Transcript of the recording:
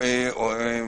לאדם